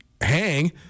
hang –